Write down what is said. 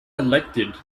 elected